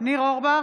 ניר אורבך,